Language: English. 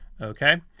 Okay